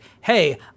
hey